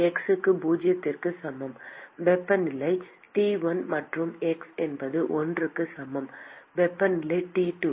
x க்கு பூஜ்ஜியத்திற்கு சமம் வெப்பநிலை T 1 மற்றும் x என்பது l க்கு சமம் வெப்பநிலை T 2